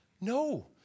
No